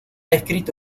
escrito